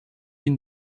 ihn